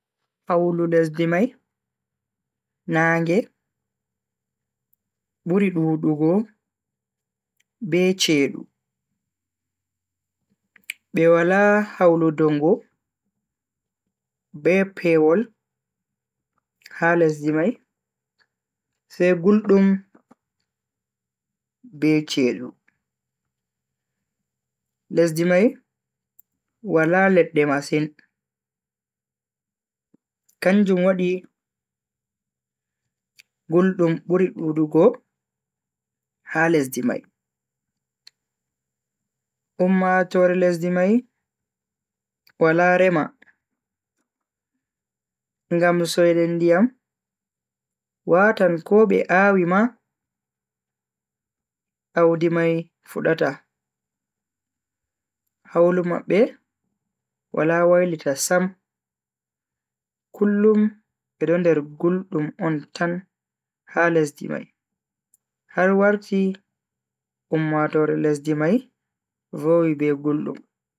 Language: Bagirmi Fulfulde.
Hawlu lesdi mai nange buri dudugo be cheedu. be Wala hawlu dungu be pewol ha lesdi mai sai guldum be cheedu. lesdi mai Wala ledde masin kanjum wadi guldum buri dudugo ha lesdi mai. ummatoore lesdi mai Wala rema ngam soinde ndiyam watan ko be a'wi ma, Audi mai fudaata. Hawlu mabbe Wala wailita Sam kullum bedo nder guldum on tan ha lesdi mai har warti ummatoore lesdi mai vowi be guldum.